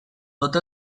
tots